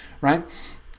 right